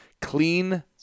Clean